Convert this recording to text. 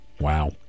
Wow